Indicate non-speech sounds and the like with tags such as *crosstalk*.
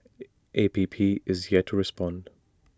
*noise* A P P has yet to respond